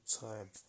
time